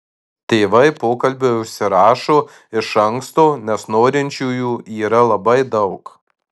tėvai pokalbiui užsirašo iš anksto nes norinčiųjų yra labai daug